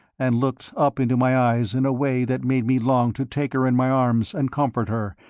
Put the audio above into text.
and looked up into my eyes in a way that made me long to take her in my arms and comfort her,